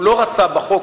הוא לא רצה בחוק,